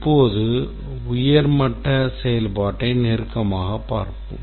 இப்போது உயர்மட்ட செயல்பாட்டை நெருக்கமாக பார்ப்போம்